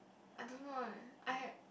I don't know eh I